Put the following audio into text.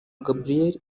gabriel